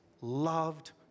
loved